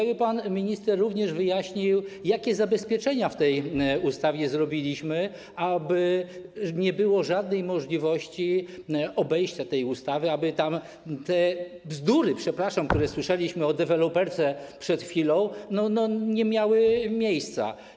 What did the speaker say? Gdyby pan minister zechciał również wyjaśnić, jakie zabezpieczenia w tej ustawie zrobiliśmy, aby nie było żadnej możliwości obejścia tej ustawy, aby tam te bzdury, przepraszam, które słyszeliśmy o deweloperce przed chwilą, nie miały miejsca.